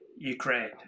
Ukraine